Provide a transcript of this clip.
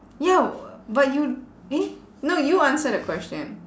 ya but you eh no you answer the question